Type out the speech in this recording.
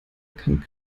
kann